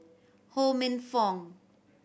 Ho Minfong